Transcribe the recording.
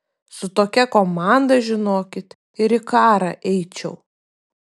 su tokia komanda žinokit ir į karą eičiau